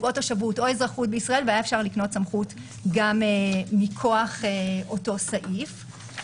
תושבות או אזרחות בישראל והיה אפשר לקנות סמכות גם מכוח אותו סעיף.